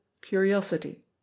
curiosity